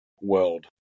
Weld